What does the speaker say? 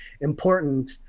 important